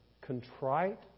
contrite